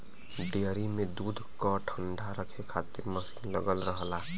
dairy में दूध क ठण्डा रखे खातिर मसीन लगल रहला